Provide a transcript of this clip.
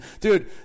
Dude